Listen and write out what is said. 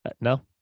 No